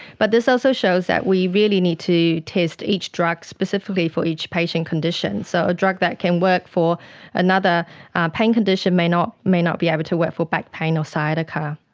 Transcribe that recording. but this also shows that we really need to test each drug specifically for each patient's condition. so a drug that can work for another pain condition may not may not be able to work for back pain or sciatica.